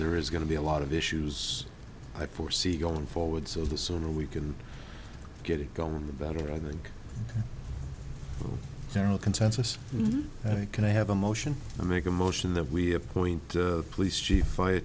there is going to be a lot of issues i foresee going forward so the sooner we can get it going the better i think general consensus is that i can i have a motion and make a motion that we appoint police chief fire